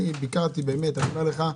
באמת, אני ביקרתי, אני אומר לך,